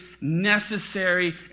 necessary